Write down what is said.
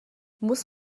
muss